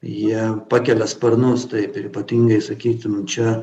jie pakelia sparnus taip ir ypatingai sakytum čia